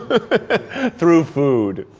through food.